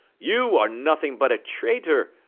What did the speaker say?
you are nothing but a traitor,